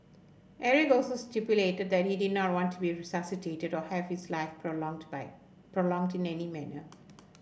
Eric also stipulated that he did not want to be resuscitated or have his life prolonged by prolonged in any manner